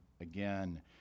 again